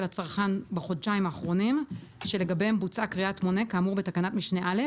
הצרכן בחודשיים האחרונים שלגביהם בוצעה קריאת מונה כאמור בתקנת משנה (א)